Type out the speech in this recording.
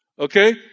okay